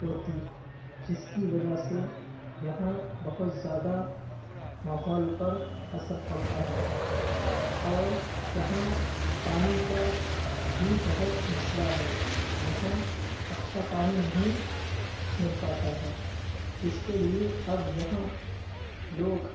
اڑتی جس کی وجہ سے یہاں بہت زیادہ ماحول پر اثر پڑتا ہے اور یہاں پانی کا بھی بہت مسئلہ ہے یہاں اچھا پانی نہیں مل پاتا ہے جس کے لیے اب یہاں لوگ